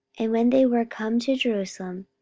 and when they were come to jerusalem,